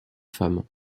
femmes